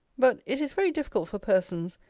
but it is very difficult for persons,